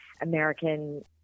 american